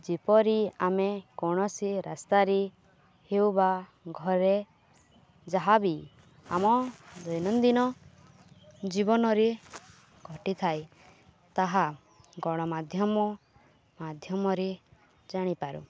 ଯେପରି ଆମେ କୌଣସି ରାସ୍ତାରେ ହେଉ ବା ଘରେ ଯାହାବି ଆମ ଦୈନନ୍ଦିନ ଜୀବନରେ ଘଟିଥାଏ ତାହା ଗଣମାଧ୍ୟମ ମାଧ୍ୟମରେ ଜାଣିପାରୁ